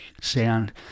sound